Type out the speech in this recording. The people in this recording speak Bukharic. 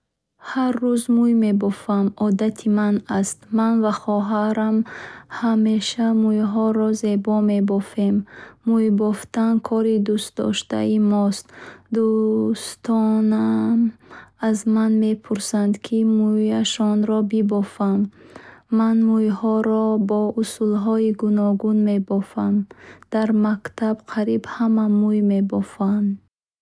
Ҳар рӯз мӯй мебофам одати ман аст.” Ман ва хоҳарам ҳамеша мӯйҳоро зебо мебофем. Мӯйбофтан кори дӯстдоштаи мост. Дӯстонам аз ман мепурсанд, ки мӯйашонро бибофам Ман мӯйҳоро бо усулҳои гуногун мебофам. Дар мактаб қариб ҳама мӯй мебофад.